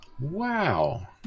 Wow